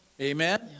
Amen